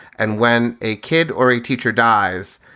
and when a kid or a teacher dies,